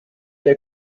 der